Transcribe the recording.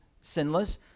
sinless